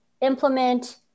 implement